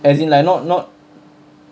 as in like not not